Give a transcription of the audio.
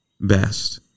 best